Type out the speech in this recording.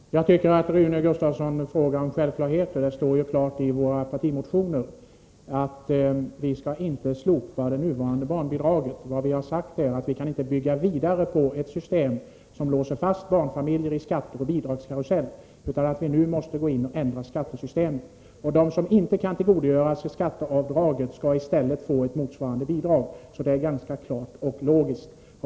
Herr talman! Jag tycker att Rune Gustavsson frågar om självklarheter. Det står ju klart i våra partimotioner att vi inte skall slopa det nuvarande barnbidraget. Vad vi har sagt är att vi inte kan bygga vidare på ett system som låser fast barnfamiljer i en skatteoch bidragskarusell, utan att vi måste gå in och ändra skattesystemet. De som inte kan tillgodogöra sig skatteavdraget skalli stället få ett motsvarande bidrag. Det är alltså ganska klart och logiskt.